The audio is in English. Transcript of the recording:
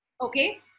Okay